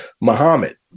Muhammad